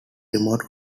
remote